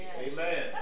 Amen